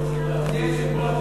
אדוני היושב-ראש,